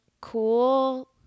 cool